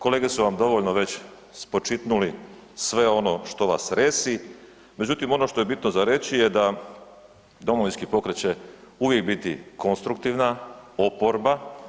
Kolege su vam već dovoljno spočitnuli sve ono što vas resi, međutim ono što je bitno za reći da Domovinski pokret će uvijek biti konstruktivna oporba.